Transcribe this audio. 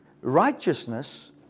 righteousness